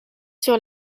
sur